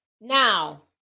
Now